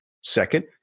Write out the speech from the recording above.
Second